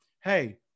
hey